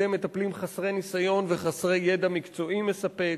מטפלים חסרי ניסיון וחסרי ידע מקצועי מספק.